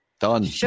Done